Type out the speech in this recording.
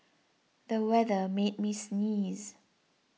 the weather made me sneeze